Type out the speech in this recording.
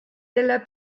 della